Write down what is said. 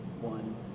one